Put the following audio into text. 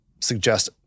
suggest